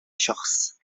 شخص